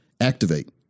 activate